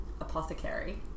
apothecary